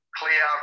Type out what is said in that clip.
clear